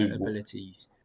abilities